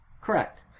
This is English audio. Correct